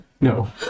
No